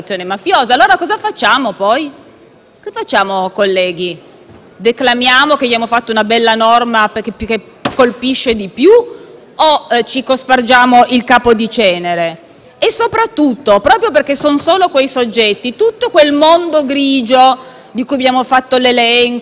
cosa facciamo, poi, colleghi? Declamiamo che abbiamo fatto una bella norma che colpisce di più o ci cospargiamo il capo di cenere? Soprattutto, proprio perché la norma colpisce solo quei soggetti, tutto quel mondo grigio di cui abbiamo fatto l'elenco, che è il succo